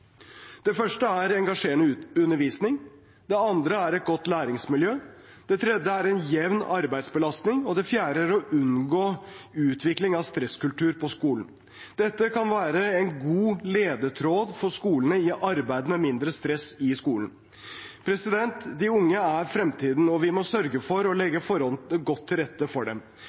engasjerende undervisning ha godt læringsmiljø ha jevn arbeidsbelastning unngå utvikling av «stresskultur» på skolen Dette kan være en god ledetråd for skolene i arbeidet for mindre stress i skolen. De unge er fremtiden, og vi må sørge for å legge forholdene godt til rette for dem.